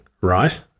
right